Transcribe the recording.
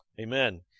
Amen